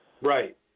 Right